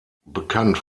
bekannt